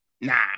nah